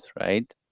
right